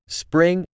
spring